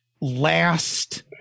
last